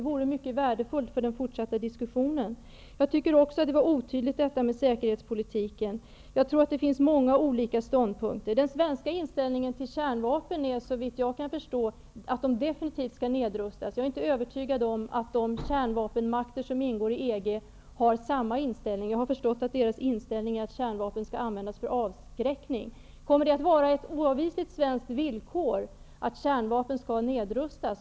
Jag tycker också att det som sades om säkerhetspolitiken var otydligt. Jag tror att det finns många olika ståndpunkter. Den svenska inställningen till kärnvapen är, såvitt jag förstår, att de skall nedrustas. Jag är inte övertygad om att de kärnvapenmakter som ingår i EG har samma inställning. Deras inställning är nog att kärnvapen skall finnas i avskräckande syfte. Kommer det att vara ett oavvisligt svenskt villkor att kärnvapnen skall nedrustas?